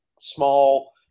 small